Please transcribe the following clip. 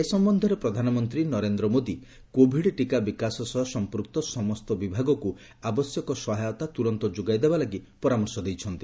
ଏ ସମ୍ଭନ୍ଧରେ ପ୍ରଧାନମନ୍ତ୍ରୀ ନରେନ୍ଦ୍ର ମୋଦୀ କୋଭିଡ୍ ଟିକା ବିକାଶ ସହ ସମ୍ପୂକ୍ତ ସମସ୍ତ ବିଭାଗକୁ ଆବଶ୍ୟକ ସହାୟତା ତୁରନ୍ତ ଯୋଗାଇ ଦେବା ଲାଗି ପରାମର୍ଶ ଦେଇଛନ୍ତି